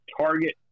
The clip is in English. target